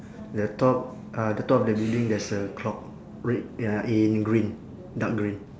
the top uh the top of the building there's a clock red ya in green dark green